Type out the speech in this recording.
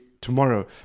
tomorrow